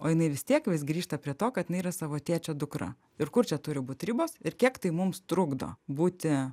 o jinai vis tiek vis grįžta prie to kad jinai yra savo tėčio dukra ir kur čia turi būt ribos ir kiek tai mums trukdo būti